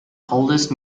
coldest